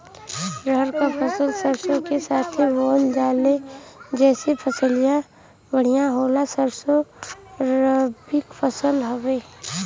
रहर क फसल सरसो के साथे बुवल जाले जैसे फसलिया बढ़िया होले सरसो रबीक फसल हवौ